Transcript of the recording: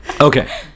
okay